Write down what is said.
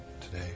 today